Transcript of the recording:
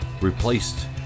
replaced